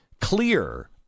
clear